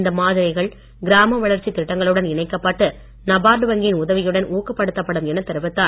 இந்த மாதிரிகள் கிராம வளர்ச்சி திட்டங்களுடன் இணைக்கப்பட்டு நபார்டு வங்கியின் உதவியுடன் ஊக்கப்படுத்தப்படும் என தெரிவித்தார்